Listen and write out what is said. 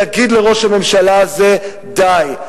יגיד לראש הממשלה הזה: די,